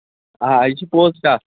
آ یہِ چھِ پوٚز کَتھ